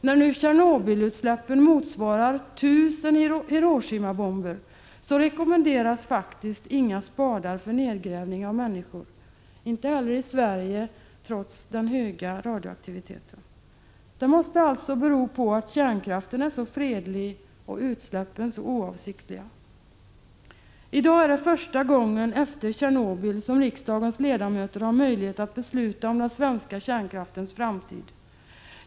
När nu Tjernobylutsläppen motsvarar 1 000 Hiroshimabomber rekommenderas faktiskt inga spadar för nedgrävning av människor, inte heller i Sverige, trots den höga radioaktiviteten. Det måste alltså bero på att kärnkraften är så fredlig och utsläppen så oavsiktliga. I dag är det första gången efter Tjernobyl som riksdagens ledamöter har möjlighet att besluta om den svenska kärnkraftens framtid.